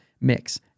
mix